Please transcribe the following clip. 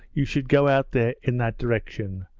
you should go out there in that direction,